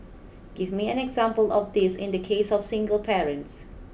give me an example of this in the case of single parents